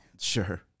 Sure